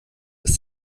ist